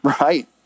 right